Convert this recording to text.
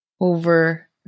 over